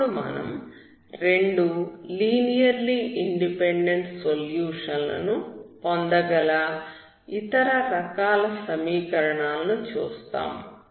ఇప్పుడు మనం రెండు లీనియర్లీ ఇండిపెండెంట్ సొల్యూషన్ లను పొందగల ఇతర రకాల సమీకరణాలను చూస్తాము